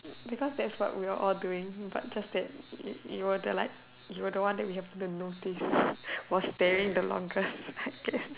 because that's what we were all doing but just that you you were the like you were the one that haven't notice was staring the longest I guess